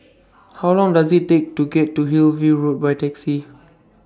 How Long Does IT Take to get to Hillview Road By Taxi